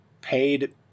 paid